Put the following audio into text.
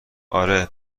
آره